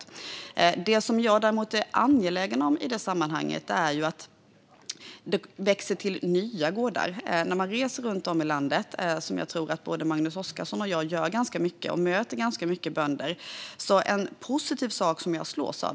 I detta sammanhang är jag dock angelägen om att framhålla att nya gårdar växer fram. När man som jag och, tror jag, Magnus Oscarsson reser runt mycket i landet och möter många bönder slås jag av en positiv sak.